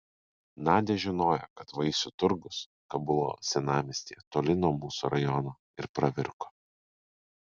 nadia žinojo kad vaisių turgus kabulo senamiestyje toli nuo mūsų rajono ir pravirko